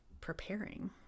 preparing